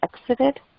exited